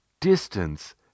Distance